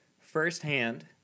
firsthand